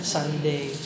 Sunday